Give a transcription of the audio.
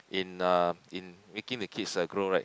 in uh in making the kids uh grow right